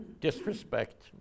Disrespect